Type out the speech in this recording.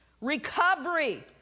recovery